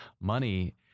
money